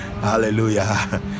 hallelujah